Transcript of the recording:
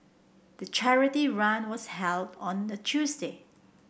the charity run was held on a Tuesday